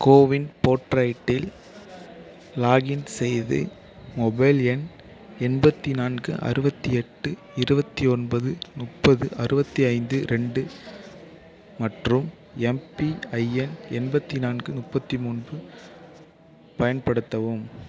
CoWIN போர்ட்ரைட்டில் login செய்து mobile எண் எண்பத்தி நான்கு அறுபத்தி எட்டு இருபத்தி ஒன்பது முப்பது அறுபத்தி ஐந்து ரெண்டு மற்றும் எம்பிஐஎன் எண்பத்தி நான்கு முப்பத்தி மூன்று பயன்படுத்தவும்